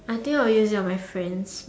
I think I will use it on my friend